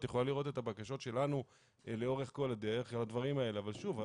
את יכולה לראות את הבקשות שלנו לאורך כל הדרך עם הדברים האלה אבל שוב,